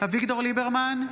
אביגדור ליברמן,